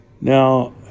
Now